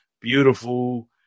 beautiful